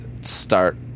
start